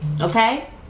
Okay